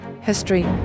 history